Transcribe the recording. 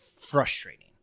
frustrating